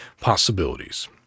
possibilities